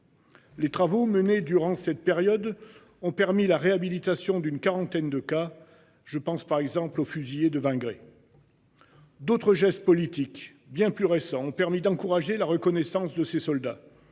Les travaux menés durant cette période, ont permis la réhabilitation d'une quarantaine de cas, je pense par exemple aux fusillés de 20 degrés. D'autres gestes politiques bien plus récents ont permis d'encourager la reconnaissance de ses soldats.